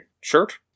shirt